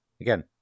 again